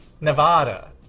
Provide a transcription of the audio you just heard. Nevada